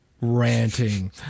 ranting